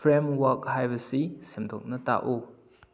framework ꯍꯥꯏꯕꯁꯤ ꯁꯟꯗꯣꯛꯅ ꯇꯥꯛꯎ